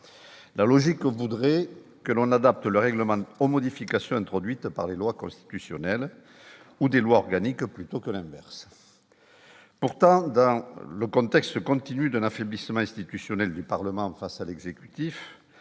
la logique voudrait que l'on adapte le règlement d'eau modifications introduites par les lois constitutionnelles ou des lois organiques, plutôt que l'inverse, pourtant dans le contexte continue d'un affaiblissement institutionnel du Parlement face à l'exécutif